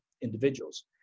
individuals